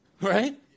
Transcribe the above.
right